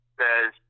says